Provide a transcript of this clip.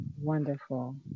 Wonderful